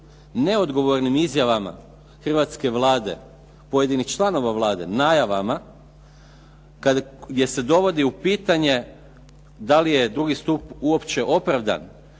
Neodgovornim izjavama hrvatske Vlade, pojedinih članova Vlade, najavama, gdje se dovodi u pitanje da li je drugi stup uopće opravdan,